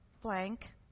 blank